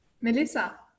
Melissa